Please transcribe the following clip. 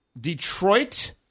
Detroit